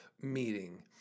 meeting